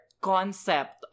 concept